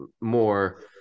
more